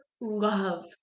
love